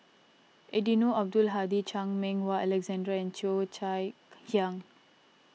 Eddino Abdul Hadi Chan Meng Wah Alexander and Cheo Chai Hiang